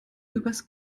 übers